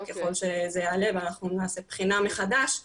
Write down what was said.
ככל שזה יעלה אנחנו נעשה בחינה מחדש כרגע.